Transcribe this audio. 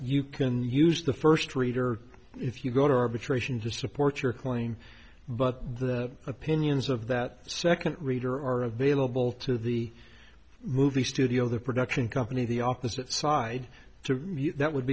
you can use the first reader if you go to arbitration to support your claim but the opinions of that second reader are available to the movie studio the production company the opposite side to you that would